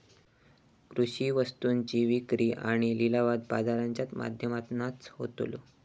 कृषि वस्तुंची विक्री आणि लिलाव बाजाराच्या माध्यमातनाच होतलो